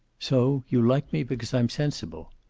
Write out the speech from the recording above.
so you like me because i'm sensible!